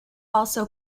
also